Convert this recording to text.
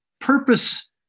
purpose